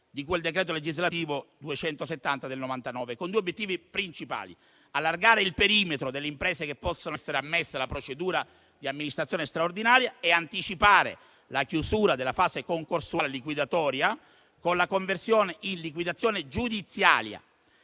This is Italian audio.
di cui al decreto legislativo n. 270 del 1999, con due obiettivi principali: allargare il perimetro delle imprese che possono essere ammesse alla procedura di amministrazione straordinaria e anticipare la chiusura della fase concorsuale liquidatoria con la conversione in liquidazione giudiziaria